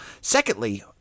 Secondly